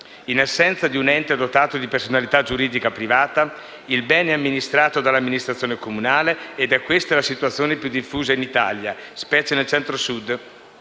In assenza di un ente dotato di personalità giuridica privata, il bene è amministrato dalla amministrazione comunale ed è questa la situazione più diffusa in Italia, specie nel Centro Sud